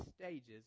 stages